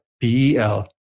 B-E-L